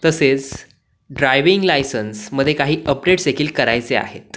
तसेच ड्रायव्हिंग लायसन्समध्ये काही अपडेट्स देखील करायचे आहेत